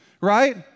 right